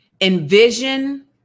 Envision